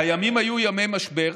הימים היו ימי משבר,